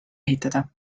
ehitada